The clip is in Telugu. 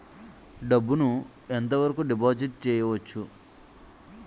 డబ్బు ను ఎంత వరకు డిపాజిట్ చేయవచ్చు?